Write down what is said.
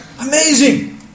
Amazing